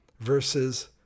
versus